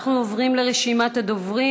אנחנו עוברים לרשימת הדוברים.